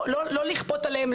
לא לכפות עליהם,